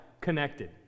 connected